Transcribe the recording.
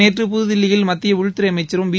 நேற்று புதுதில்லியில் மத்திய உள்துறை அமைச்சரும் பி